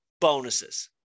bonuses